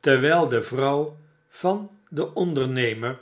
terwijl de vrouw van den ondernemer